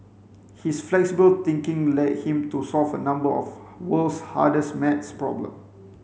his flexible thinking led him to solve a number of world's hardest maths problem